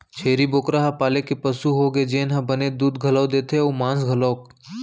छेरी बोकरा ह पाले के पसु होगे जेन ह बने दूद घलौ देथे अउ मांस घलौक